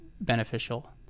beneficial